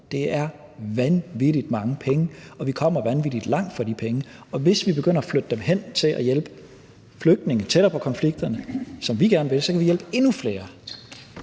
Det er vanvittig mange penge, og vi kommer vanvittig langt for de penge. Hvis vi begynder at flytte dem hen til at hjælpe flygtningene tættere på konflikterne, som vi gerne vil, kan vi hjælpe endnu flere.